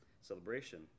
celebration